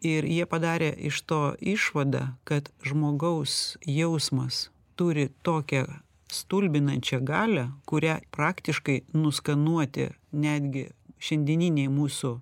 ir jie padarė iš to išvadą kad žmogaus jausmas turi tokią stulbinančią galią kurią praktiškai nuskanuoti netgi šiandieniniai mūsų